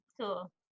cool